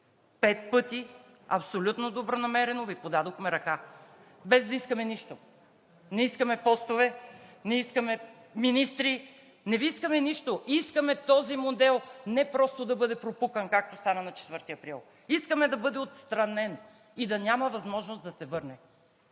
Пет пъти абсолютно добронамерено Ви подадохме ръка, без да искаме нищо – не искаме постове, не искаме министри, не Ви искаме нищо. Искаме този модел не просто да бъде пропукан, както стана на 4 април, искаме да бъде отстранен и да няма възможност да се върне.